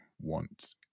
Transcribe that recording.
want